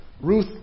Ruth